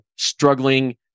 struggling